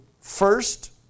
first